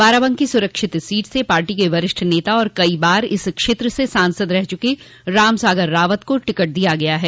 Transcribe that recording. बाराबंकी सुरक्षित सीट से पार्टी के वरिष्ठ नेता और कई बार इस क्षत्र से सांसद रह चुके रामसागर रावत को टिकट दिया है